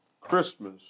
Christmas